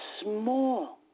small